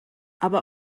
aber